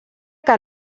que